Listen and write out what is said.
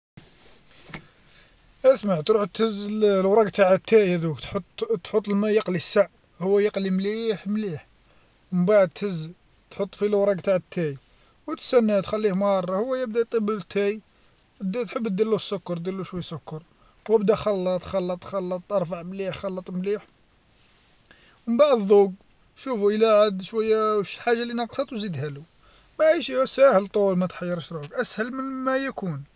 اسمع تروح تهز لوراق تاع اتاي هاذوك تحط تحط الما يقلي السع هو يقلي مليح مليح، من بعد تهز تحط في لوراق تاع التاي وتسناه تخليه مارة، هو يبدا يطيب تاي تحب ديرلو السكر دير لو شوي سكر، وبدا خلط خلط خلط ارفع مليح خلط مليح، من بعد ضوق شفو إلا عاد شوية شينو حاجة اللي ناقصات وزيدهالو، ماتهيرش ساهل طول ما تحيرش روحك أسهل مما يكون.